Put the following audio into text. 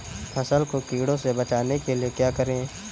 फसल को कीड़ों से बचाने के लिए क्या करें?